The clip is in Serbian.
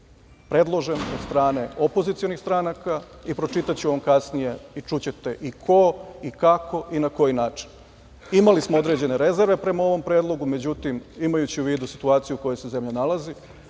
predložen od strane opozicionih stranaka. Pročitaću vam kasnije i čućete i ko i kako i na koji način. Imali smo određene rezerve prema ovom predlogu. Međutim, imajući u vidu situaciju u kojoj se zemlja nalazi,